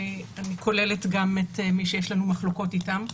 אני כוללת גם את מי שיש לנו מחלוקות איתם,